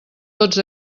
tots